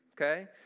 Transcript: okay